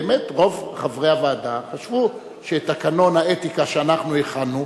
באמת רוב חברי הוועדה חשבו שתקנון האתיקה שאנחנו הכנו,